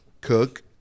cook